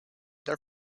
their